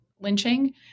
lynching